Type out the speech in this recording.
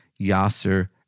Yasser